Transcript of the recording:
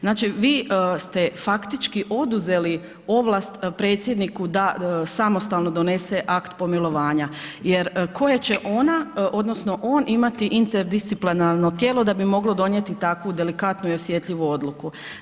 Znači vi ste faktički oduzeli ovlast Predsjedniku da samostalno donese akt pomilovanja jer koje će ona odnosno on imati interdisciplinarno tijelo da bi moglo donijeti takvu delikatnu i osjetljivu odluku.